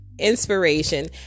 inspiration